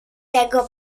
tego